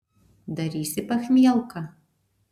darysi pachmielką